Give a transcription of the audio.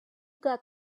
got